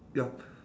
yup